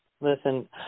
listen